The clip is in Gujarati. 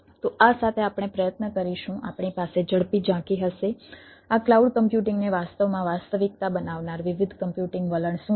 તો આ સાથે આપણે પ્રયત્ન કરીશું આપણી પાસે ઝડપી ઝાંખી હશે આ ક્લાઉડ કમ્પ્યુટિંગને વાસ્તવમાં વાસ્તવિકતા બનાવનાર વિવિધ કમ્પ્યુટિંગ વલણ શું છે